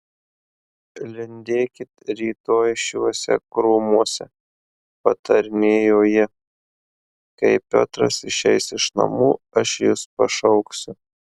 lindėkit rytoj šiuose krūmuose patarinėjo ji kai piotras išeis iš namų aš jus pašauksiu